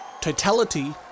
Totality